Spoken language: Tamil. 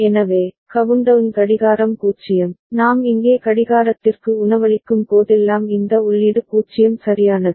எனவே கவுண்டவுன் கடிகாரம் 0 நாம் இங்கே கடிகாரத்திற்கு உணவளிக்கும் போதெல்லாம் இந்த உள்ளீடு 0 சரியானது